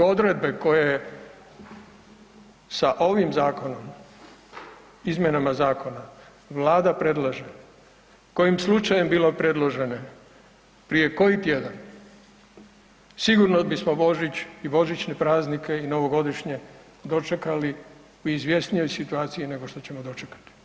Da su odredbe koje sa ovim zakonom izmjenama zakona Vlada predlaže kojim slučajem bile predložene prije koji tjedan sigurno bismo Božić i božićne praznike i novogodišnje dočekali u izvjesnijoj situaciji nego što ćemo dočekat.